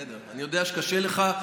בסדר, אני יודע שקשה לך.